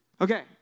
Okay